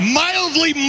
mildly